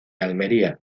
almería